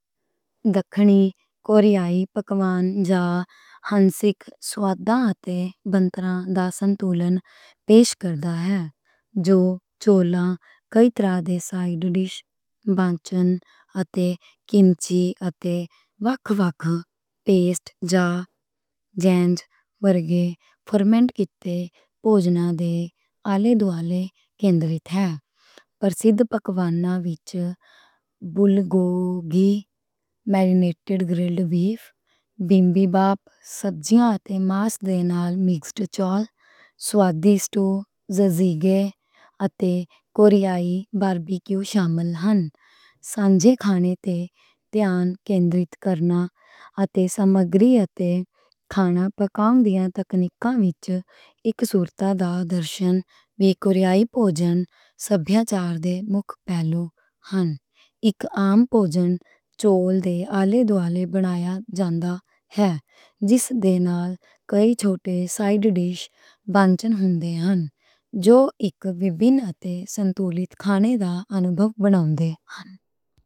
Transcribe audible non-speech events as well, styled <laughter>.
کوریائی پکوان، ہنسک، ذائقیاں تے بونتراں دا توازن پیش کردا ہے۔ جو چول تے کئی طرح دے سائیڈ ڈِش، بانچن تے کِمچی تے وکھ وکھ پیسٹ فرمنٹ کِتے پوجن دے آلے دُوالے مرکزیت ہے۔ پرسِد پکواناں وچ بل <hesitation> گوگی، میرینیٹڈ گرِلڈ بیف، بیمبی بپ، سبزیاں تے ماس دے نال مکسٹ چول، مزے دار اسٹو، ججیگے تے کوریائی باربی کیو شامل ہن۔ سانجے کھانے تے توجہ مرکز کرنا تے سمگری تے کھانا پکاؤندیاں تکنیکاں وچ اک سورتھ دا درشن کوریائی پوجن سبھیاچار دے مکھ پہلو ہن۔ اک عام پوجن چول دے آلے دوالے بنایا جاندا ہے، جس دے نال کئی چھوٹے سائیڈ ڈِش بانچن ہوندے ہن۔ جو اک ویدن تے توازن والے کھانے دا تجربہ بناؤندے ہن۔